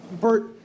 Bert